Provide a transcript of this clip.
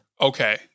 Okay